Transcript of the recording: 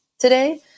today